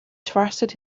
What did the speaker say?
trusted